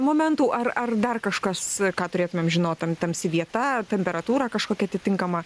momentų ar ar dar kažkas ką turėtumėm žinot tam tamsi vieta temperatūra kažkokia atitinkama